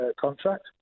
contract